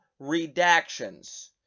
redactions